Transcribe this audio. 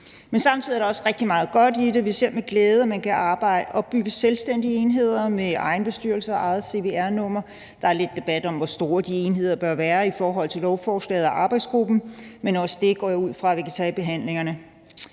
til. Samtidig er der også rigtig meget godt i det. Vi ser med glæde, at man kan arbejde og opbygge selvstændige enheder med egen bestyrelse og eget cvr-nummer. Der er lidt debat om, hvor store de enheder bør være i forhold til lovforslaget og arbejdsgruppen, men også det går jeg ud fra at vi kan tage i behandlingerne.